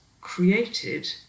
created